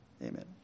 Amen